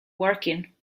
working